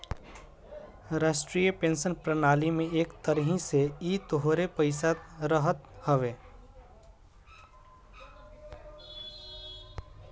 राष्ट्रीय पेंशन प्रणाली में एक तरही से इ तोहरे पईसा रहत हवे